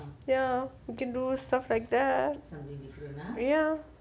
ya you can do stuff like that ya